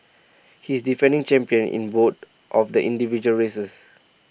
he is defending champion in both of the individual races